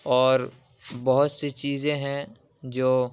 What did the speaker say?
اور بہت سی چیزیں ہیں جو